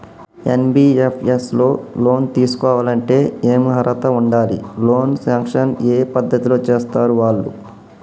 NBFS లో loan తీస్కోవాలంటే ఏం అర్హత ఉండాలి? లోన్ సాంక్షన్ ఏ పద్ధతి లో చేస్తరు వాళ్లు?